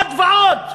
עוד ועוד.